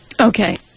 Okay